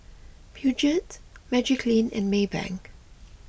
Peugeot Magiclean and Maybank